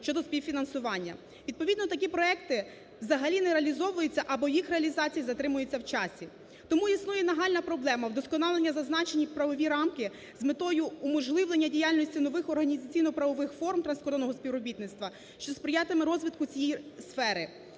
щодо співфінансування. Відповідно такі проекти взагалі не реалізовуються або їх реалізація затримується в часі. Тому існує нагальна проблема, вдосконалення в зазначені правові рамки з метою уможливлення діяльності нових організаційно-правових форм транскордонного співробітництва, що сприятиме розвитку цієї сфери,